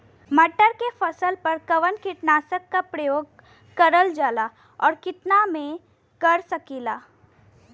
मटर के फसल पर कवन कीटनाशक क प्रयोग करल जाला और कितना में कर सकीला?